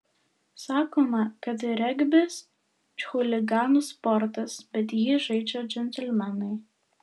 sakoma kad regbis chuliganų sportas bet jį žaidžia džentelmenai